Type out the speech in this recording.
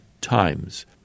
times